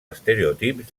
estereotips